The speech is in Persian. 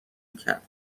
میکرد